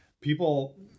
people